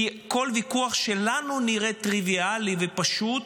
כי כל ויכוח שנראה לנו טריוויאלי ופשוט